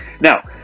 Now